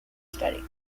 study